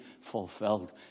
fulfilled